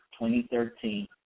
2013